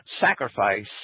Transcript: sacrifice